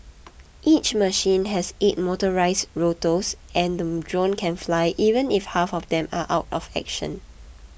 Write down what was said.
each machine has eight motorised rotors and the drone can fly even if half of them are out of action